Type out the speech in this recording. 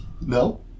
No